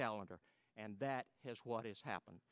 calendar and that has what has happened